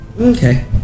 Okay